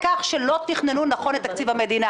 הוא לא צריך שמירה.